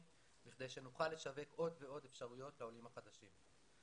כדי שנוכל לשווק עוד ועוד אפשרויות לעולים החדשים.